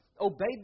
obeyed